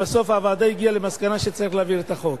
ובסוף הוועדה הגיעה למסקנה שצריך להעביר את החוק.